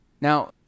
Now